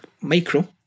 micro